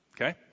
okay